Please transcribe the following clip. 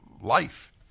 life